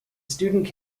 student